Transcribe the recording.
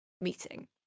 meeting